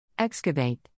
Excavate